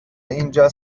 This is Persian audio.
اینجا